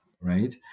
right